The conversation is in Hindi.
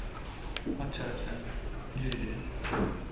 अच्छा अच्छा जी जी